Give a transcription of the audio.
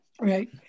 Right